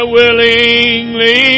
willingly